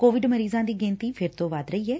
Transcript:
Covid ਮਰੀਜ਼ਾਂ ਦੀ ਗਿਣਤੀ ਫਿਰ ਤੋਂ ਵੱਧ ਰਹੀ ਐ